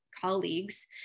colleagues